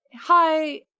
hi